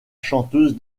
chanteuse